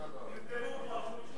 הם פה.